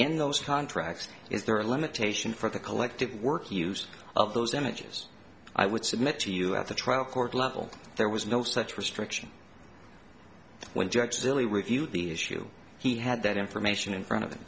in those contracts is there a limitation for the collective work use of those images i would submit to you at the trial court level there was no such restriction when judges really reviewed the issue he had that information in front of